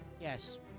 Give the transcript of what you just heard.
Yes